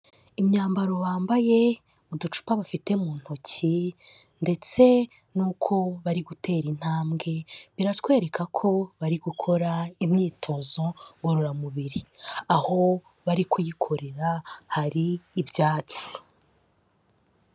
Imyambaro bambaye uducupa bafite mu ntoki ndetse n'uko bari gutera intambwe biratwereka ko bari gukora imyitozo ngororamubiri, aho bari kuyikorera hari ibyatsi.